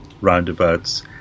roundabouts